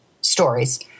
stories